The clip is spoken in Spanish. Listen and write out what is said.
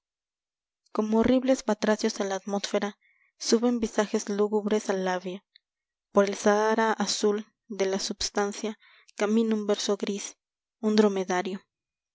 como horribles batracios a la atmósfera suben visajes lúgubres al labio por el sahara azul de la substancia camina un verso gris un dromedario